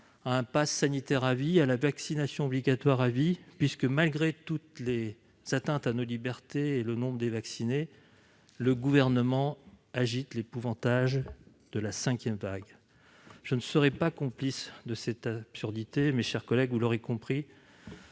à un passe sanitaire à vie, à la vaccination obligatoire à vie. En effet, malgré toutes les atteintes à nos libertés et le nombre de personnes vaccinées, le Gouvernement agite l'épouvantail de la cinquième vague. Je ne serai pas complice de cette absurdité et, vous l'aurez compris,